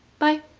bye!